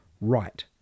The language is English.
right